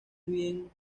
bien